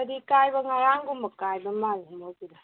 ꯍꯥꯏꯗꯤ ꯀꯥꯏꯕ ꯉꯔꯥꯡꯒꯨꯝꯕ ꯀꯥꯏꯕ ꯃꯥꯜꯂꯦ ꯃꯈꯣꯏꯒꯤꯗꯣ